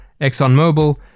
ExxonMobil